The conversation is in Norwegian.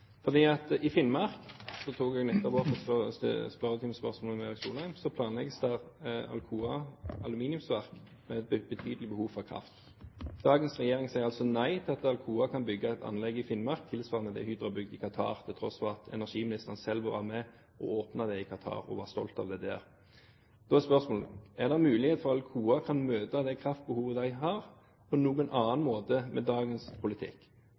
I Finnmark – jeg tok det nettopp opp i et spørretimespørsmål til Erik Solheim – planlegger Alcoa et aluminiumsverk med et betydelig behov for kraft. Dagens regjering sier altså nei til at Alcoa kan bygge et anlegg i Finnmark tilsvarende det Hydro har bygget i Qatar, til tross for at energiministeren selv var med og åpnet det i Qatar og var stolt av det der. Da er spørsmålet: Er det noen mulighet for at Alcoa kan møte det kraftbehovet de har, på noen annen måte med dagens politikk?